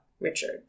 Richard